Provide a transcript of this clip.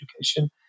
education